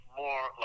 more